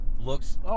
Looks